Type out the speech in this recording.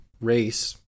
race